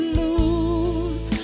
lose